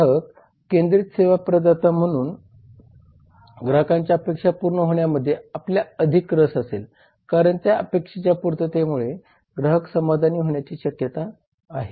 ग्राहक केंद्रित सेवा प्रदाता म्हणून ग्राहकांच्या अपेक्षा पूर्ण होण्यामध्ये आपल्याला अधिक रस असेल कारण त्या अपेक्षेच्या पूर्ततेमुळे ग्राहक समाधानी होण्याची शक्यता आहे